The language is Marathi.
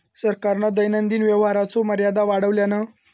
सरकारान दैनंदिन व्यवहाराचो मर्यादा वाढवल्यान